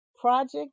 project